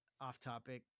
off-topic